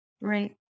Right